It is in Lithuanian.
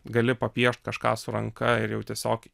gali papiešt kažką su ranka ir jau tiesiog